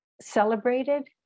celebrated